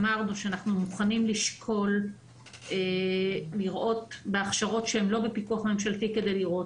אמרנו שאנחנו מוכנים לשקול הכשרות שהן לא בפיקוח ממשלתי כדי לראות.